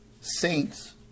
saints